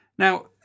Now